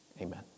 amen